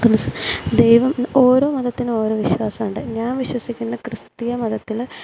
ദൈവം ഓരോ മതത്തിനും ഓരോ വിശ്വാസമുണ്ട് ഞാൻ വിശ്വസിക്കുന്ന ക്രിസ്തീയ മതത്തിൽ